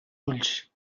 ulls